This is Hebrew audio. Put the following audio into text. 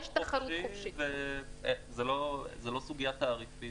זו לא סוגיה תעריפית.